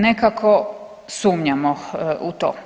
Nekako sumnjamo u to.